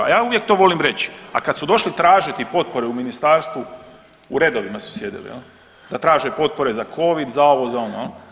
A ja uvijek to volim reći, a kad su došli tražiti potpore u ministarstvu u redovima su sjedili da traže potpore za covid, za ovo, za ono.